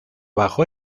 bajo